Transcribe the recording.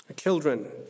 Children